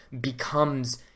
becomes